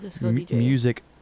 music